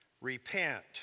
Repent